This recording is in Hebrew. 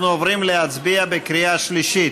אנחנו עוברים להצביע בקריאה שלישית.